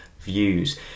views